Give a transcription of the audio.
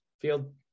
Field